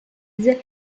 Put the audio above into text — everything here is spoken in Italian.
case